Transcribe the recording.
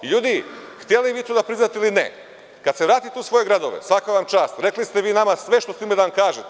Ljudi, hteli vi to da priznate ili ne, kada se vratite u svoje gradove, svaka vam čast, rekli ste vi nama za sve što ste imali da nam kažete.